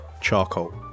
charcoal